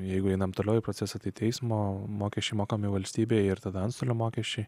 jeigu einame toliau į procesą tai teismo mokesčiai mokami valstybei ir tada antstolio mokesčiai